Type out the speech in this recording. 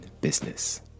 business